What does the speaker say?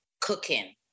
cooking